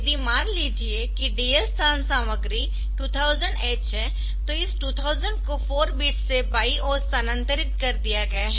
यदि मान लिजिये की DS स्थान सामग्री 2000H है तो इस 2000 को 4 बिट्स से बाए ओर स्थानांतरित कर दिया गया है